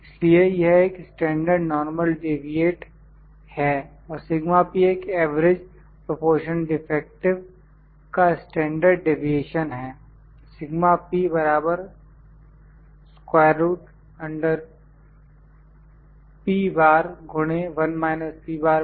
इसलिए यह एक स्टैंडर्ड नॉरमल डिविएट है औरएक एवरेज प्रोपोर्शन डिफेक्टिव का स्टैंडर्ड डीविएशन है